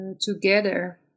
together